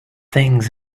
things